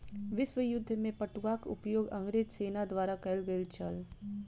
विश्व युद्ध में पटुआक उपयोग अंग्रेज सेना द्वारा कयल गेल छल